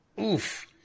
Oof